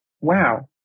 wow